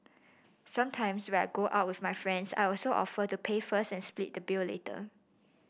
sometimes when I go out with my friends I also offer to pay first and split the bill later